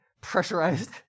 pressurized